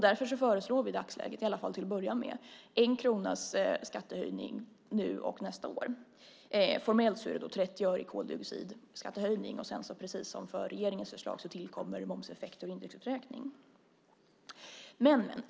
Därför föreslår vi i dagsläget till att börja med 1 kronas skattehöjning nu och nästa år. Formellt är det 30 öre i koldioxidskattehöjning men sedan tillkommer, precis som för regeringens förslag, momseffekt och indexuppräkning.